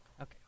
Okay